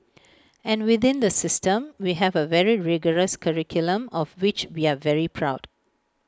and within the system we have A very rigorous curriculum of which we are very proud